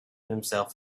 himself